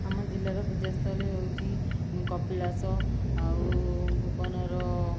ଆମ ଜିଲ୍ଲାର ପୂଜା ସ୍ଥଳୀ ହେଉଛି କପିଳାସ ଆଉ ଭୁବନର